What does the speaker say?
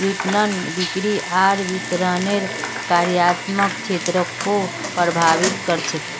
विपणन, बिक्री आर वितरनेर कार्यात्मक क्षेत्रको प्रभावित कर छेक